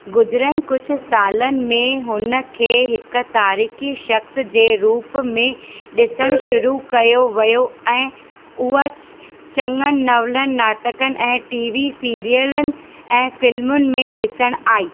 गुज़रियलु कुझु सालनि में हुन खे हिकु तारीख़ी शख़्स जे रूप में ॾिसणु शुरू कयो वियो ऐं उअ चङनि नवलनि नाटकनि ऐं टीवी सीरियलनि ऐं फ़िल्मुनि में ॾिसणु आई